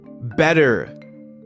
better